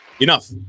Enough